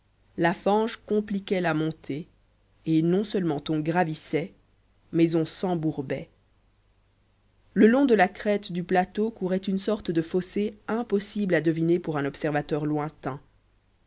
la fange compliquait la montée et non seulement on gravissait mais on s'embourbait le long de la crête du plateau courait une sorte de fossé impossible à deviner pour un observateur lointain